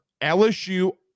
LSU